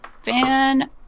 Fan